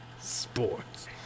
Sports